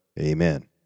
Amen